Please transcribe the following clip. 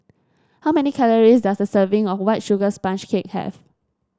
how many calories does a serving of White Sugar Sponge Cake have